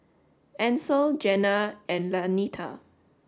Ancel Gena and Lanita